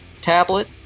tablet